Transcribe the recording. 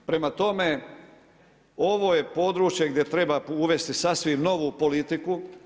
Prema tome, ovo je područje, gdje treba uvesti sasvim novu politiku.